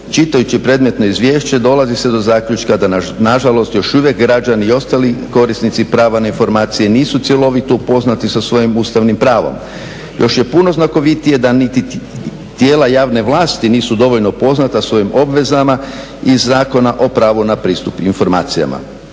čitajući predmetno izvješće dolazi se do zaključka da nažalost još uvijek građani i ostali korisnici prava na informacije nisu cjelovito upoznati sa svojim ustavnim pravom. Još je puno znakovitije da niti tijela javne vlasti nisu dovoljno upoznata sa svojim obvezama iz Zakona o pravu na pristup informacijama.